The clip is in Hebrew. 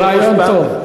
רעיון טוב.